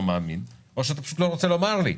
מאמין או שאתה פשוט לא רוצה לומר לי,